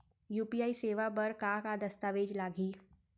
UPI सेवा बर का का दस्तावेज लागही?